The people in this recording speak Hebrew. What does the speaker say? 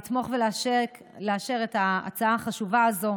לתמוך ולאשר את ההצעה החשובה הזו,